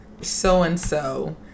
so-and-so